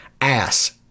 Ass